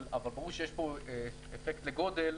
אבל ברור שיש פה אפקט לגודל,